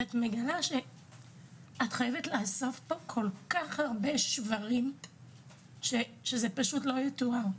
את מגלה שאת חייבת לאסוף פה כל כך הרבה שברים שזה פשוט לא יתואר.